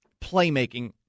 playmaking